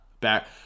back